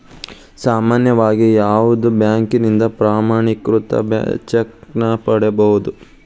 ಸಾಮಾನ್ಯವಾಗಿ ಯಾವುದ ಬ್ಯಾಂಕಿನಿಂದ ಪ್ರಮಾಣೇಕೃತ ಚೆಕ್ ನ ಪಡಿಬಹುದು